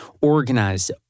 organized